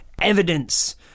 evidence